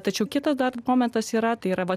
tačiau kitas dar momentas yra tai yra va